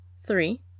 three